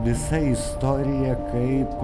visa istorija kaip